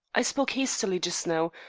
i spoke hastily just now.